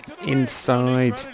inside